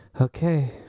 Okay